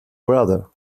brother